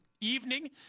evening